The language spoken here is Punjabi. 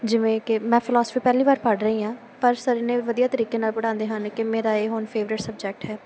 ਜਿਵੇਂ ਕਿ ਮੈਂ ਫਿਲੋਸਫੀ ਪਹਿਲੀ ਵਾਰ ਪੜ੍ਹ ਰਹੀ ਹਾਂ ਪਰ ਸਰ ਇੰਨੇ ਵਧੀਆ ਤਰੀਕੇ ਨਾਲ ਪੜ੍ਹਾਉਂਦੇ ਹਨ ਕਿ ਮੇਰਾ ਇਹ ਹੁਣ ਫੇਵਰਟ ਸਬਜੈਕਟ ਹੈ